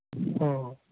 ᱦᱮᱸ ᱦᱮᱸ